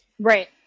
Right